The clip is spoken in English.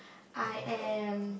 I am